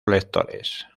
lectores